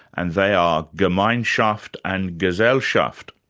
and they are gemeinschaft and gesellschaft.